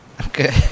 Okay